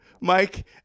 Mike